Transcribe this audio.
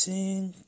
Sing